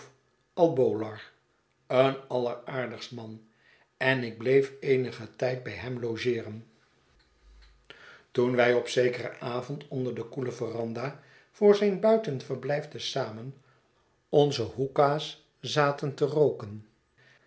al bowlar een alleraardigst man en ik bleef eenigen tijd bij hem logeeren toen wij op zeschetsen van boz keren avond onder de koele veranda voor zijn buitenverblijf te zamen onze hoeka's zaten te rooken